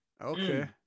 Okay